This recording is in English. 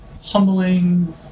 humbling